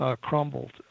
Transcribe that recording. crumbled